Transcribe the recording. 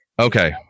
okay